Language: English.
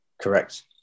correct